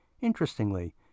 Interestingly